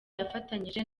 yafatanyije